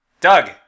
Doug